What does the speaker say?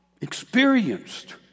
experienced